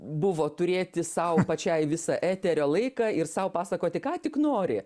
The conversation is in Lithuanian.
buvo turėti sau pačiai visą eterio laiką ir sau pasakoti ką tik nori